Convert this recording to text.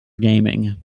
gaming